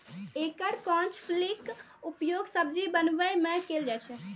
एकर कांच फलीक उपयोग सब्जी बनबै मे कैल जाइ छै